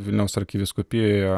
vilniaus arkivyskupijoje